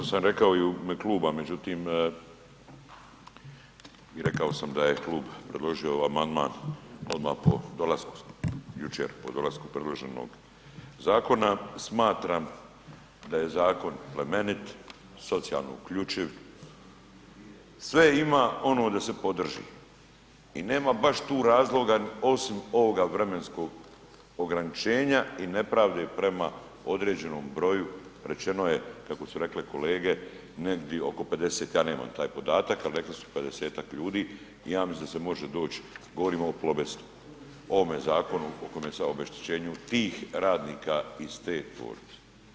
Ma kao što sam rekao i u ime kluba, međutim i rekao sam da je klub predložio amandman odma po dolasku, jučer po dolasku predloženog zakona, smatram da je zakon plemenit, socijalno uključiv, sve ima ono da se podrži i nema baš tu razloga osim ovoga vremenskog ograničenja i nepravde prema određenom broju, rečeno je, kako su rekle kolege, negdi oko 50, ja nemam taj podatak, al rekli su 50-tak ljudi i ja mislim da se može doć, govorimo o Plobestu, o ovome zakonu o … [[Govornik se ne razumije]] o obeštećenju tih radnika iz te tvornice.